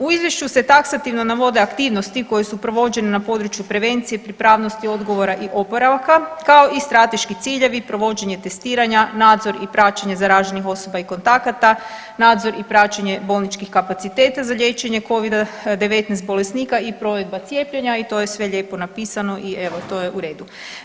U izvješću se taksativno navode aktivnosti koje su provođene na području prevencije, pripravnosti odgovora i oporavka, kao i strateški ciljevi provođenje testiranja, nadzor i praćenje zaraženih osoba i kontakata, nadzor i praćenje bolničkih kapaciteta za liječenje Covida-19 bolesnika i provedba cijepljenja i to je sve lijepo napisano i evo to je u redu.